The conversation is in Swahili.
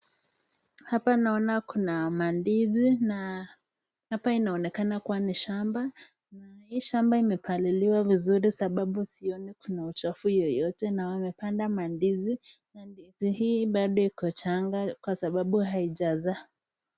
Hapa naona kuna mandizi ,na hapa inaonekana kuwa ni shamba, na hii shamba imepaliliwa vizuri sababu sioni kuna uchafu yeyote na wamepanda mandizi, na ndizi hii bado iko changa sababu haijazaa.